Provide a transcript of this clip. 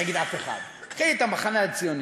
לא נגיד אף אחד קחי את המחנה הציוני,